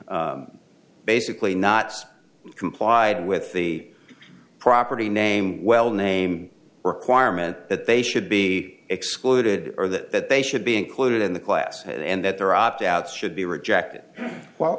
has basically not complied with the property name well name requirement that they should be excluded or that they should be included in the class and that their opt outs should be rejected w